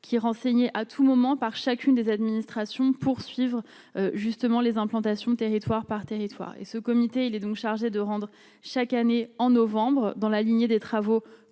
outil de report qui à tout moment par chacune des administrations poursuivre justement les implantations, territoire par territoire et ce comité, il est donc chargé de rendre chaque année en novembre dans la lignée des travaux